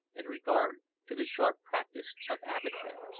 in regard to the sharp practice of avatea.